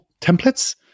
templates